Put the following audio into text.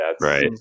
right